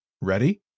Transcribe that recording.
Ready